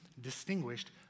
distinguished